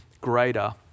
greater